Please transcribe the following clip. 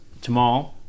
tomorrow